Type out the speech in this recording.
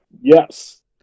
Yes